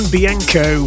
Bianco